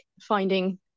finding –